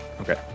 Okay